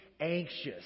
anxious